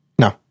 No